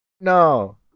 No